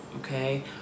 okay